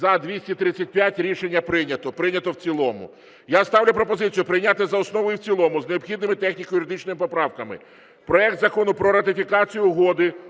За-235 Рішення прийнято. Прийнято в цілому. Я ставлю пропозицію прийняти за основу і в цілому з необхідними техніко юридичними поправками проект Закону про ратифікацію Угоди